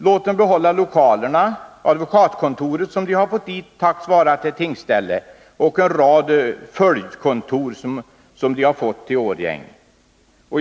Låt kommunen behålla lokalerna, advokatkontoret som de fått dit tack vare tingsstället och en rad följdkontor som de har fått i Årjäng.